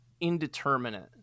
indeterminate